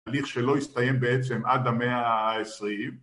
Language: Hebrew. תהליך שלא הסתיים בעצם עד המאה העשרים